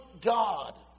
God